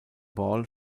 ball